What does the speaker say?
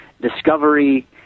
discovery